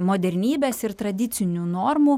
modernybės ir tradicinių normų